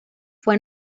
fue